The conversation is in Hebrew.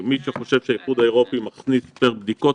מי שחושב שהאיחוד האירופי מכניס פר בדיקות,